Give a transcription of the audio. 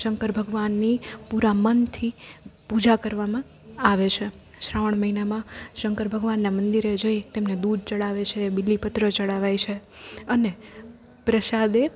શંકર ભગવાનની પૂરા મનથી પૂજા કરવામાં આવે છે શ્રાવણ મહિનામાં શંકર ભગવાનનાં મંદિરે જઇ તેમને દૂધ ચઢાવે છે બિલીપત્ર ચઢાવાય છે અને પ્રસાદે